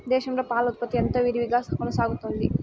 దేశంలో పాల ఉత్పత్తి ఎంతో విరివిగా కొనసాగుతోంది